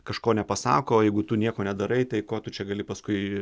kažko nepasako o jeigu tu nieko nedarai tai ko tu čia gali paskui